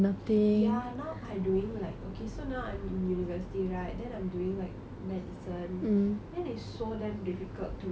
ya now I doing like okay so now I'm in university right then I'm doing like medicine then it's so damn difficult to like